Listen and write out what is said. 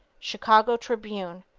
chicago tribune,